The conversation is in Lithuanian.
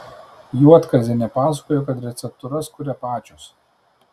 juodkazienė pasakojo kad receptūras kuria pačios